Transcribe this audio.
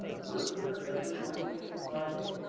but we're here every monday through friday,